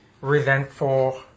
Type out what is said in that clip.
resentful